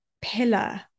pillar